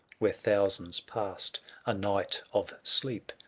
where thousands passed a night of sleep,